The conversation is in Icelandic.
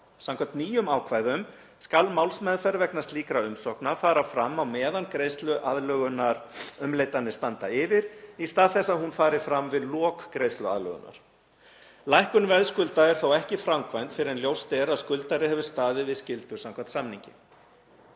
Samkvæmt nýjum ákvæðum skal málsmeðferð vegna slíkra umsókna fara fram á meðan greiðsluaðlögunarumleitanir standa yfir, í stað þess að hún fari fram við lok greiðsluaðlögunar. Lækkun veðskulda er þó ekki framkvæmd fyrr en ljóst er að skuldari hefur staðið við skyldur samkvæmt samningi.